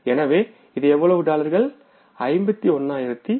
எனவே இது எவ்வளவு டாலர்கள்கள்